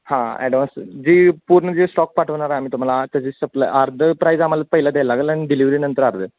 हां ॲडव्हान्स जी पूर्ण जे स्टॉक पाठवणार आहे आम्ही तुम्हाला त्याची सप्ला अर्धं प्राईज आम्हाला पहिलं द्यायला लागेल आणि डिलिवरी नंतर अर्धं